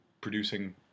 producing